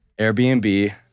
Airbnb